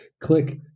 Click